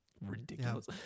ridiculous